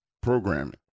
programming